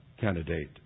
candidate